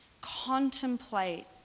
contemplate